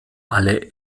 alle